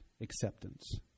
acceptance